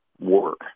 Work